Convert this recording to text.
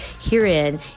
herein